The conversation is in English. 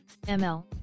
ml